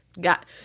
got